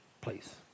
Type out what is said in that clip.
place